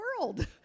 world